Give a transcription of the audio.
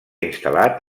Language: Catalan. instal·lat